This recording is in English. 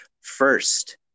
First